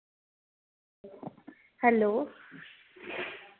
hello